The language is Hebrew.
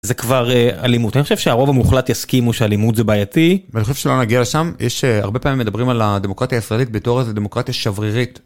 זה כבר אלימות אני חושב שהרוב המוחלט יסכימו שאלימות זה בעייתי. ואני חושב שלא נגיע לשם יש הרבה פעמים מדברים על הדמוקרטיה הישראלית בתור איזה דמוקרטיה שברירית.